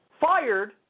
Fired